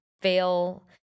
fail –